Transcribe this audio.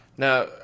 Now